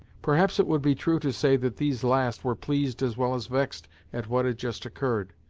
perhaps it would be true to say that these last were pleased as well as vexed at what had just occurred.